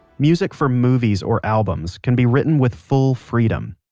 music for movies or albums can be written with full freedom,